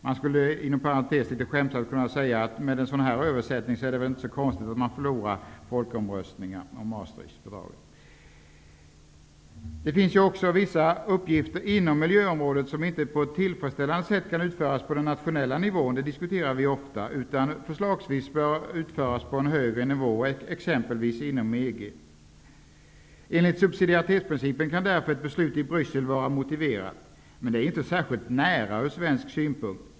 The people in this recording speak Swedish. Man skulle inom parentes litet skämtsamt kunna säga att med en sådan här översättning är det inte så konstigt att man förlorar folkomröstningar om Det finns ju också vissa uppgifter inom miljöområdet som inte på ett tillfredsställande sätt kan utföras på den nationella nivån -- det diskuterar vi ofta -- utan förslagsvis bör utföras på en högre nivå, exempelvis inom EG. Enligt subsidiaritetsprincipen kan därför ett beslut i Bryssel vara motiverat. Men det är ju inte särskilt ''nära'' ur svensk synpunkt.